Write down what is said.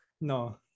no